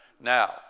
Now